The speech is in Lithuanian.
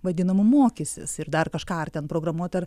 vadinamu mokysis ir dar kažką ar ten programuot ar